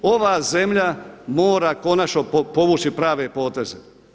Ova zemlja mora konačno povući prave poteze.